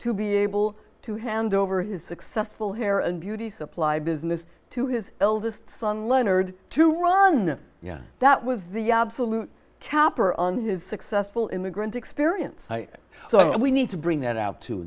to be able to hand over his successful hair and beauty supply business to his eldest son leonard to run yeah that was the absolute capper on his successful immigrant experience so we need to bring that out to